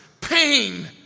pain